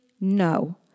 no